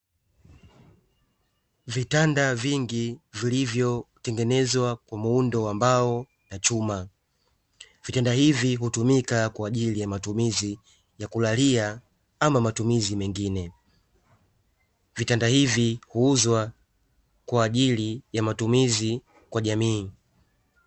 Vitanda vingi vilivyotengenezwa kwa muundo wa mbao na chuma, vitanda hivi hutumika kwa ajili ya matumizi ya kulalia ama matumizi mengine, vitanda hivi huuzwa kwa ajili ya matumizi kwa jamii.